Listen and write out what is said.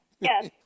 yes